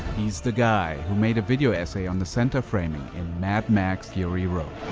he's the guy who made a video essay on the center framing in mad max fury road.